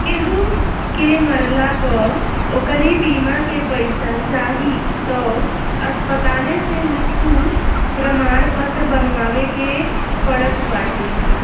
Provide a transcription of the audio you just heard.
केहू के मरला पअ ओकरी बीमा के पईसा चाही तअ अस्पताले से मृत्यु प्रमाणपत्र बनवावे के पड़त बाटे